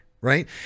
right